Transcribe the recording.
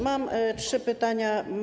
Mam trzy pytania.